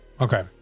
Okay